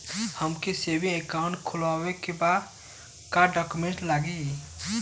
हमके सेविंग खाता खोलवावे के बा का डॉक्यूमेंट लागी?